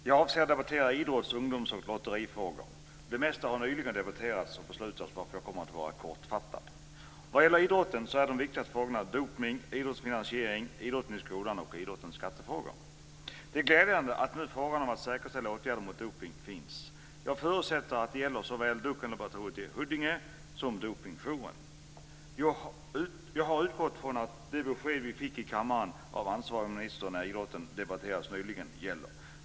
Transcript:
Herr talman! Jag avser att debattera idrotts-, ungdoms och lotterifrågor. Det mesta av detta har nyligen debatterats och beslutats varför jag kommer att vara kortfattad. De viktigaste frågorna när det gäller idrotten är dopning, idrottens finansiering, idrotten i skolan och idrottens skattefrågor Det är glädjande att frågan om att säkerställa åtgärder mot dopning nu finns med. Jag förutsätter att det gäller såväl Dopinglaboratoriet i Huddinge som Dopingjouren. Jag har utgått från att det besked vi fick i kammaren av ansvarig minister när idrotten debatterades nyligen gäller.